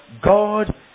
God